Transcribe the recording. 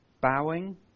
bowing